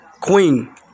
Queen